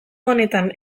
honetan